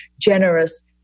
generous